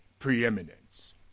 Preeminence